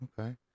Okay